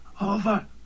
over